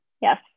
yes